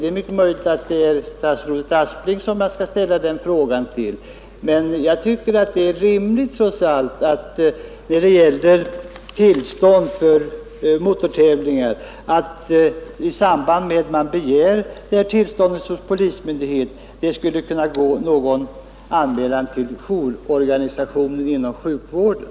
Det är mycket möjligt att jag skall ställa den frågan till statsrådet Aspling. Men jag tycker att det trots allt är rimligt att i samband med att man hos polismyndighet begär tillstånd att anordna motortävling det skulle kunna gå någon anmälan till jourorganisationen inom sjukvården.